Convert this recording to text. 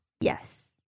Yes